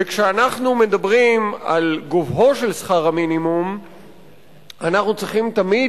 וכשאנחנו מדברים על גובהו של שכר המינימום אנחנו צריכים תמיד